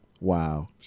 Wow